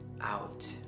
out